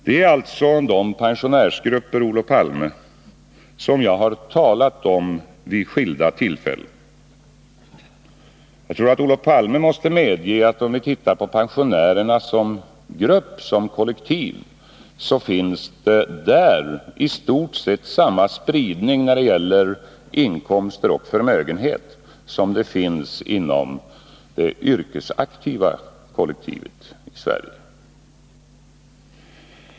Det är, Olof Palme, dessa pensionärsgrupper jag har talat om vid skilda tillfällen. Jag tror att Olof Palme måste medge att om vi ser på pensionärerna som grupp, som kollektiv, så finner vi att spridningen när det gäller inkomst och förmögenhet är i stort sett densamma för dem som för det yrkesaktiva kollektivet.